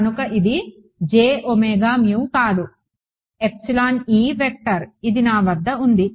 కనుక ఇది కాదు వెక్టార్ ఇది నా వద్ద ఉంది